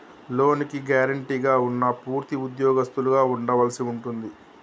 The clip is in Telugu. లోనుకి గ్యారెంటీగా ఉన్నా పూర్తి ఉద్యోగస్తులుగా ఉండవలసి ఉంటుంది